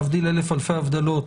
להבדיל אלף אלפי הבדלות,